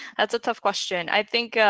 that's a tough question. i think